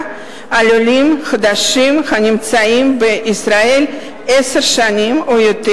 על עולים חדשים הנמצאים בישראל עשר שנים או יותר